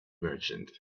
merchant